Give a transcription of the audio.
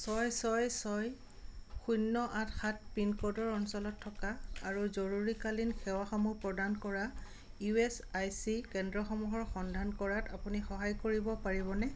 ছয় ছয় ছয় শূন্য আঠ সাত পিনক'ডৰ অঞ্চলত থকা আৰু জৰুৰীকালীন সেৱাসমূহ প্ৰদান কৰা ইউ এছ আই চি কেন্দ্ৰসমূহৰ সন্ধান কৰাত আপুনি সহায় কৰিব পাৰিবনে